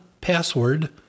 password